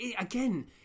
again